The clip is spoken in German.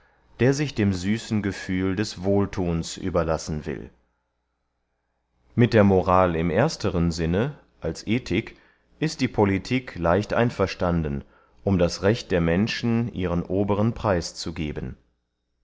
der sich dem süßen gefühl des wohlthuns überlassen will mit der moral im ersteren sinne als ethik ist die politik leicht einverstanden um das recht der menschen ihren oberen preis zu geben